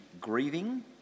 grieving